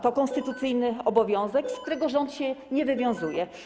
To konstytucyjny obowiązek, z którego rząd się nie wywiązuje.